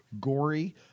Gory